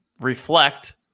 reflect